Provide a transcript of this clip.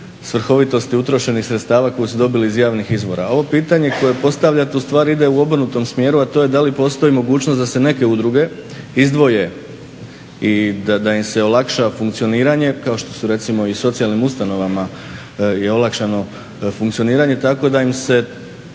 svrhovitosti utrošenih sredstava koje su dobile iz javnih izvora. A ovo pitanje koje postavljate ustvari ide u obrnutom smjeru, a to je da li postoji mogućnost da se neke udruge izdvoje i da im se olakša funkcioniranje, kao što recimo i socijalnim ustanovama je olakšano funkcioniranje tako da im se